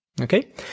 Okay